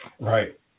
Right